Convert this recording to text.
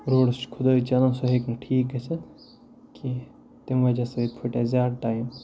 روڈَس چھِ کھُدٲے چَلان سُہ ہیٚکہِ نہٕ ٹھیٖک گٔژھِتھ کینٛہہ تٔمۍ وَجہہ سۭتۍ پھٕٹہِ اَسہِ زیادے ٹایِم